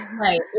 Right